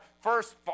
first